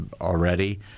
already